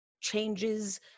changes